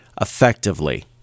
effectively